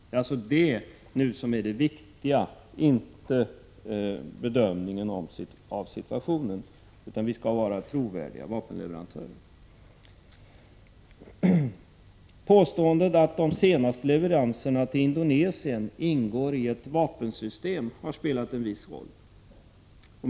Det är alltså detta som nu är det viktiga, inte bedömningen av situationen. Sverige skall vara en trovärdig vapenleverantör. Påståendet att de senaste leveranserna till Indonesien ingår i ett vapensystem har spelat en viss roll.